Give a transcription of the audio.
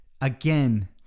again